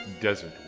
desert